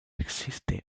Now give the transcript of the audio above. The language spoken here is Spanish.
existe